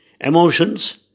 emotions